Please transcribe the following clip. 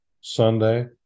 Sunday